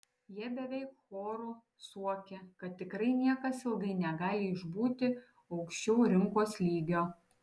jie beveik choru suokia kad tikrai niekas ilgai negali išbūti aukščiau rinkos lygio